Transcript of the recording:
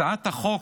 הצעת החוק,